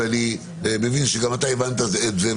ואני מבין שגם אתה הבנת את זה,